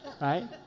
right